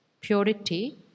purity